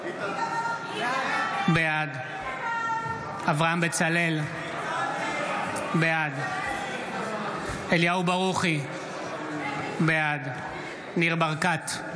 בעד אברהם בצלאל, בעד אליהו ברוכי, בעד ניר ברקת,